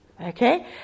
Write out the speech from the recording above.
okay